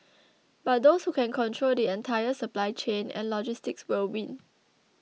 but those who can control the entire supply chain and logistics will win